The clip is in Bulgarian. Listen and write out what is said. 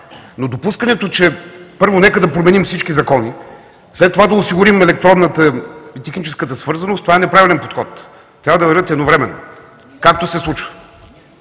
но допускането, че, първо, нека да променим всички закони, след това да осигурим електронната и техническата свързаност – това е неправилен подход, трябва да вървят едновременно, както се случва.